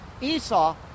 esau